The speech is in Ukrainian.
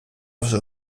вже